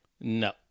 No